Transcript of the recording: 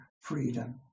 freedom